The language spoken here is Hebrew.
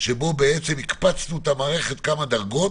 שבו בעצם נקפיץ את המערכת בכמה דרגות.